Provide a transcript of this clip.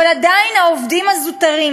אבל עדיין העובדים הזוטרים,